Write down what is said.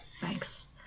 Thanks